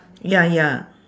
ya ya